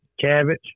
cabbage